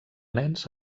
nens